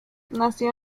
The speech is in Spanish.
nació